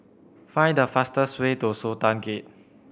find the fastest way to Sultan Gate